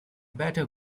batter